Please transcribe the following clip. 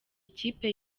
ikipe